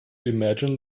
imagine